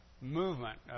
movement